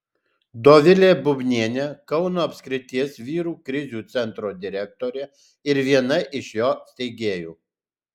dovilė bubnienė kauno apskrities vyrų krizių centro direktorė ir viena iš jo steigėjų